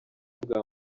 bwa